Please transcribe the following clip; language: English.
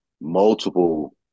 multiple